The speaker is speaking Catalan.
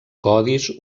codis